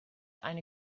eine